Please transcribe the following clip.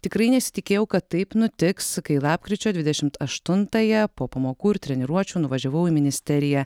tikrai nesitikėjau kad taip nutiks kai lapkričio dvidešimt aštuntąją po pamokų ir treniruočių nuvažiavau į ministeriją